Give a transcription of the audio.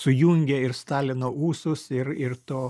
sujungia ir stalino ūsus ir ir to